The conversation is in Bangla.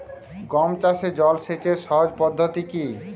গম চাষে জল সেচের সহজ পদ্ধতি কি?